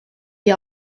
wie